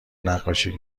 نقاشی